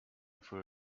for